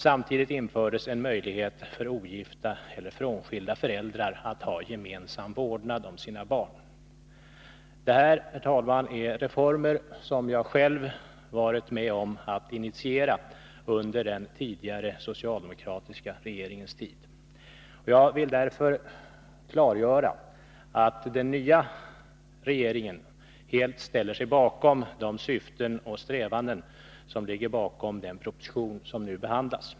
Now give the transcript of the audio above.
Samtidigt infördes en möjlighet för ogifta eller frånskilda föräldrar att ha gemensam vårdnad om sina barn. Detta, herr talman, är reformer som jag själv varit med om att initiera under den tidigare socialdemokratiska regeringens tid. Jag vill därför klargöra att den nya regeringen helt ställer sig bakom de syften och strävanden som ligger till grund den proposition som nu behandlas.